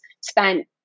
spent